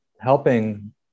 helping